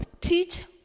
teach